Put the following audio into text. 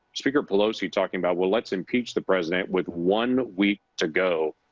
speaker pelosi talking about, well, let's impeach the president, with one week to go,